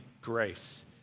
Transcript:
grace